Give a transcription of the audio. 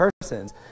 persons